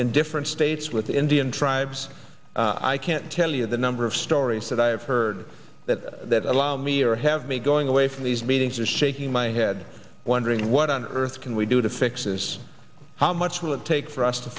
in different states with indian tribes i can't tell you the number of stories that i have heard that that allow me or have made going away from these meetings or shaking my head wondering what on earth can we do to fix this how much will it take for us to